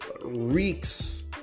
reeks